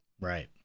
right